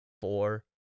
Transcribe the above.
four